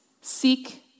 seek